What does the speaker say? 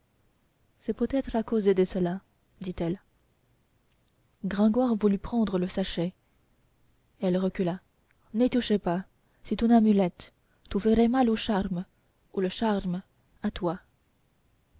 c'est peut-être à cause de cela dit-elle gringoire voulut prendre le sachet elle recula n'y touchez pas c'est une amulette tu ferais mal au charme ou le charme à toi